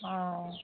অঁ